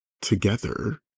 together